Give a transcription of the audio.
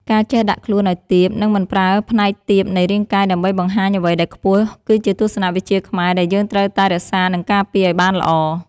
ការចេះដាក់ខ្លួនឱ្យទាប និង មិនប្រើផ្នែកទាបនៃរាងកាយដើម្បីបង្ហាញអ្វីដែលខ្ពស់គឺជាទស្សនៈវិជ្ជាខ្មែរដែលយើងត្រូវតែរក្សានិងការពារឱ្យបានល្អ។